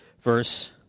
verse